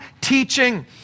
teaching